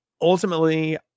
ultimately